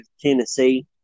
Tennessee